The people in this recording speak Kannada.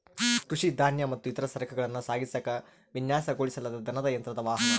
ಕೃಷಿ ಧಾನ್ಯ ಮತ್ತು ಇತರ ಸರಕುಗಳನ್ನ ಸಾಗಿಸಾಕ ವಿನ್ಯಾಸಗೊಳಿಸಲಾದ ದನದ ಯಂತ್ರದ ವಾಹನ